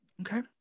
Okay